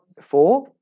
Four